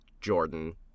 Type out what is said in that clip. Jordan